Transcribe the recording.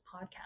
podcast